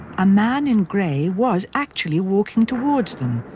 a man in gray was actually walking towards them.